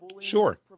Sure